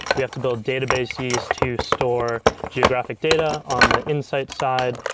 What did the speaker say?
we have to build databases to store geographic data. on the insight side,